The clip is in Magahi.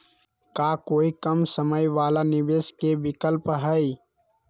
का कोई कम समय वाला निवेस के विकल्प हई?